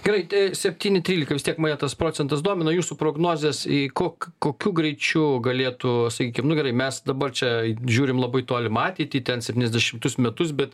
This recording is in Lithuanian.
gerai tai septyni trylika vis tiek mane tas procentas domina jūsų prognozės į kok kokiu greičiu galėtų sakykim nu gerai mes dabar čia žiūrim labai tolimą ateitį ten septyniasdešimtus metus bet